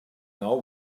now